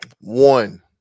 One